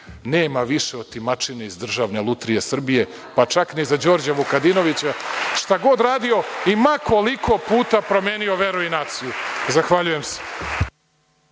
Nema više otimačine iz Državne lutrije Srbije, pa čak ni za Đorđa Vukadinovića, šta god radio, i ma koliko puta promenio veru i naciju. Zahvaljujem se.